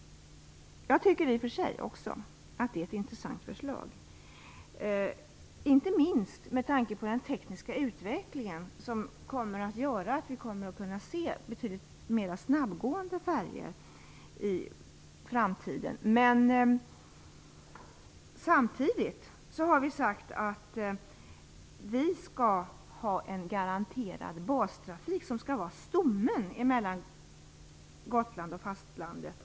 Jag tycker i och för sig också att det är ett intressant förslag, inte minst med tanke på den tekniska utvecklingen, som gör att vi kommer att kunna se betydligt mer snabbgående färjor i framtiden. Men samtidigt har vi sagt att det skall finnas en garanterad bastrafik, som skall vara stommen i trafiken mellan Gotland och fastlandet.